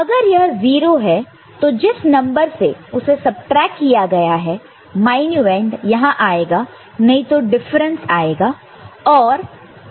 अगर यह 0 है तो जिस नंबर से उसे सबट्रैक्ट किया गया है मायन्यूएंड यहां आएगा नहीं तो डिफरेंस आएगा